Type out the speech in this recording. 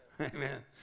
Amen